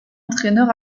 entraîneur